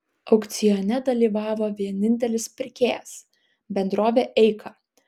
aukcione dalyvavo vienintelis pirkėjas bendrovė eika